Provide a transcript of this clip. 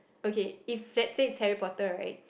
okay if let's say it's Harry-Potter right